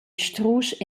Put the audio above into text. strusch